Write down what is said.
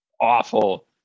awful